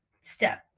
step